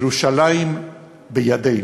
ירושלים בידינו.